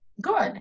Good